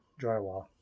drywall